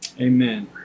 Amen